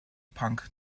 punk